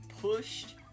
pushed